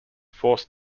forced